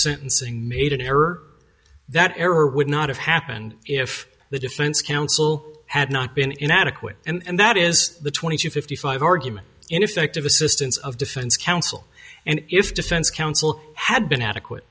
sentencing made an error that error would not have happened if the defense counsel had not been inadequate and that is the twenty to fifty five argument ineffective assistance of defense counsel and if defense counsel had been adequate